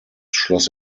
schloss